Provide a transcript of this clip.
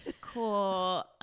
cool